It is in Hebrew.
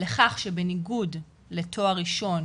לכך שבניגוד לתואר ראשון,